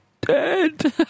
dead